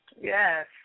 Yes